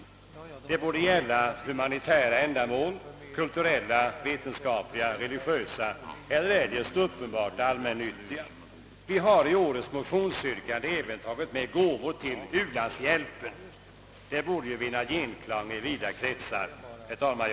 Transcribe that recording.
Detta borde gälla gåvor för humanitära, kulturella, vetenskapliga, religiösa eller eljest uppenbart allmännyttiga ändamål. Vi har i årets motionsyrkande även tagit med gåvor till u-landshjälpen. Det borde vinna genklang i vida kretsar. Herr talman!